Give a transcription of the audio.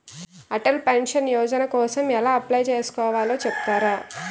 Atal pension Yojana కోసం ఎలా apply చేసుకోవాలో చెపుతారా?